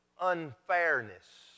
unfairness